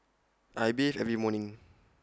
I bathe every morning